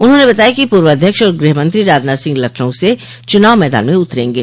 उन्होंने बताया कि पूर्व अध्यक्ष और गृहमंत्री राजनाथ सिंह लखनऊ से चुनाव मैदान में उतरेंगे